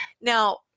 Now